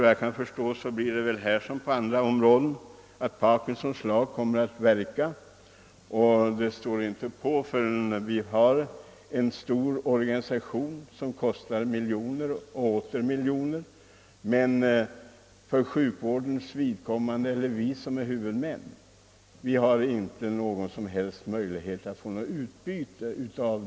Såvitt jag förstår kommer emellertid på detta som på andra områden Parkinsons lag att göra sig gällande. Därför torde det inte stå på förrän det blir en stor organisation som kostar miljoner och åter miljoner men som 'vi huvudmän för sjukvården inte kommer att ha något som helst utbyte av.